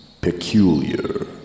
peculiar